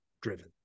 driven